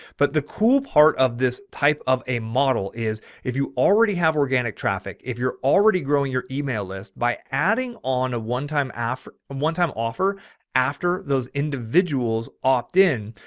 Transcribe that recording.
but the cool part of this type of a model is if you already have organic traffic, if you're already growing your email list by adding on a onetime afro. and one time offer after those individuals opt in.